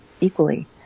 equally